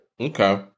Okay